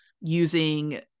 using